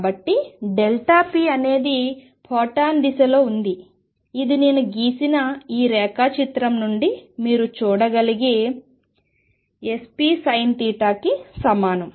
కాబట్టి p అనేది photon దిశలో ఉంది ఇది నేను గీసిన ఈ రేఖాచిత్రం నుండి మీరు చూడగలిగే 2pSinθకి సమానం